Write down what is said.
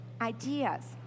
ideas